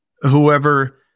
whoever